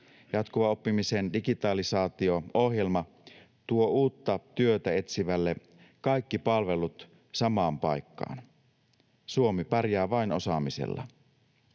Jatkuvan oppimisen digitalisaatio-ohjelma tuo uutta työtä etsivälle kaikki palvelut samaan paikkaan. Suomi pärjää vain osaamisella.